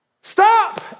Stop